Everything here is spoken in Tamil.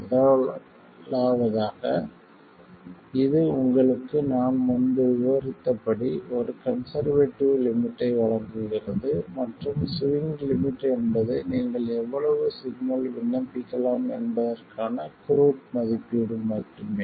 முதலாவதாக இது உங்களுக்கு நான் முன்பு விவரித்தபடி ஒரு கன்செர்வேட்டிவ் லிமிட்டை வழங்குகிறது மற்றும் ஸ்விங் லிமிட் என்பது நீங்கள் எவ்வளவு சிக்னல் விண்ணப்பிக்கலாம் என்பதற்கான குரூட் மதிப்பீடு மட்டுமே